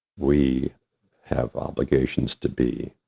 we have obligations to be